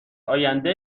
آینده